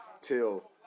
till